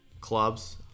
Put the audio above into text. Clubs